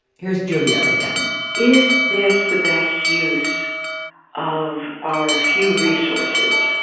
here's julia again is this the best use of our few resources?